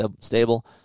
stable